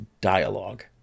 dialogue